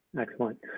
excellent